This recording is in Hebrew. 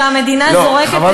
שהמדינה זורקת עשרות מיליארדים,